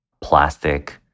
plastic